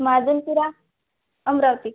Mahajanpura Amravati